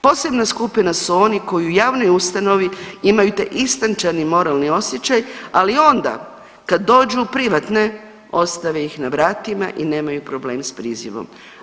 Posebna skupina su oni koji u javnoj ustanovi imaju taj istančani moralni osjećaj, ali onda kad dođu u privatne ostave ih na vratima i nemaju problem s prizivom.